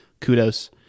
Kudos